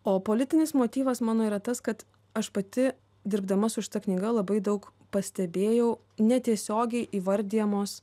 o politinis motyvas mano yra tas kad aš pati dirbdama su šita knyga labai daug pastebėjau netiesiogiai įvardijamos